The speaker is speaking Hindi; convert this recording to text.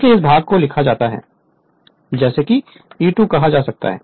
इसलिए इस भाग को लिखा जा सकता है जैसे कि E2 कहा जा सकता है